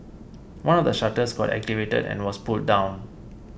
one of the shutters got activated and was pulled down